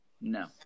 No